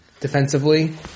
defensively